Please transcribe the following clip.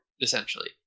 essentially